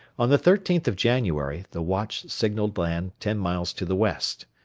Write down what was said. on the thirteenth of january, the watch signalled land ten miles to the west.